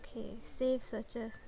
okay save searches